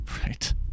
Right